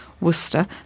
Worcester